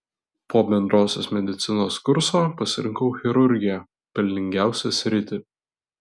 po bendrosios medicinos kurso pasirinkau chirurgiją pelningiausią sritį